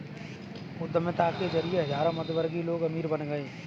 उद्यमिता के जरिए हजारों मध्यमवर्गीय लोग अमीर बन गए